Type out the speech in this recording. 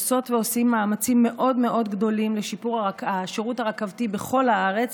עושות ועושים מאמצים מאוד מאוד גדולים לשיפור השירות הרכבתי בכל הארץ,